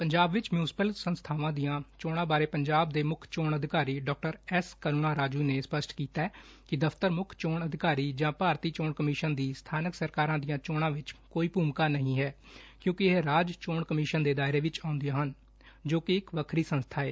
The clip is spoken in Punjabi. ਪੰਜਾਬ ਵਿਚ ਮਿਉਂਸੀਪਲ ਸੰਸਬਾਵਾਂ ਦੀਆਂ ਚੋਣਾਂ ਬਾਰੇ ਪੰਜਾਬ ਦੇ ਮੁੱਖ ਚੋਣ ਅਧਿਕਾਰੀ ਡਾ ਐਸ ਕਰੁਣਾ ਰਾਜੁ ਨੇ ਸਪਸ਼ਟ ਕੀਤੈ ਕਿ ਦਫਤਰ ਮੁੱਖ ਚੋਣ ਅਧਿਕਾਰੀ ਜਾਂ ਭਾਰਤੀ ਚੋਣ ਕਮੀਸ਼ਨ ਦੀ ਸਥਾਨਕ ਸਰਕਾਰਾਂ ਦੀਆਂ ਚੋਣਾਂ ਵਿਚ ਕੋਈ ਭੁਮਿਕਾ ਨਹੀਂ ਹੈ ਕਿਉਂਕੀ ਇਹ ਰਾਜ ਚੋਣ ਕਮਿਸ਼ਨ ਦੇ ਦਾਇਰੇ ਵਿੱਚ ਆਉਂਦੀਆਂ ਹਨ ਜੋ ਇੱਕ ਵੱਖਰੀ ਸੰਸਥਾ ਏ